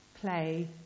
play